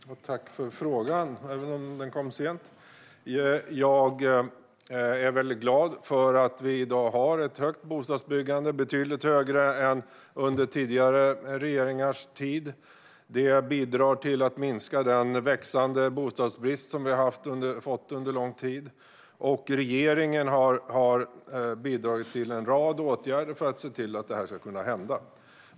Fru talman! Tack för frågan, även om den kom sent! Jag är väldigt glad för att vi i dag har ett stort bostadsbyggande - betydligt större än under tidigare regeringars tid. Det bidrar till att minska den bostadsbrist som har ökat under lång tid, och regeringen har vidtagit en rad åtgärder för att se till att detta ska kunna hända.